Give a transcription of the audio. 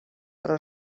però